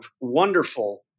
wonderful